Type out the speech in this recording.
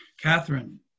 Catherine